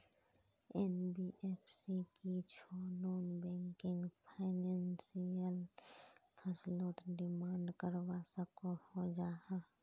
NBFC की छौ non banking financial फसलोत डिमांड करवा सकोहो जाहा?